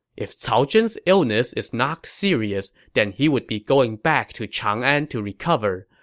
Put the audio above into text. if cao zhen's illness is not serious, then he would be going back to chang'an to recover.